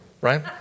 right